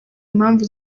impamvu